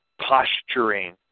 posturing